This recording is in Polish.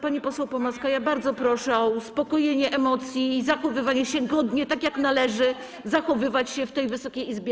Pani poseł Pomaska, bardzo proszę o uspokojenie emocji i zachowywanie się godnie, tak jak należy zachowywać się w tej Wysokiej Izbie.